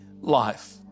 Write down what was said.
life